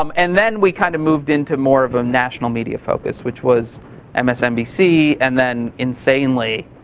um and then we kind of moved into more of a national media focus, which was and msnbc, and then insanely,